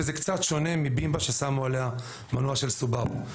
וזה קצת שונה מבימבה ששמו עליה מנוע של סוברו.